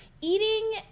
eating